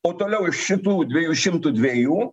o toliau iš šitų dviejų šimtų dviejų